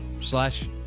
slash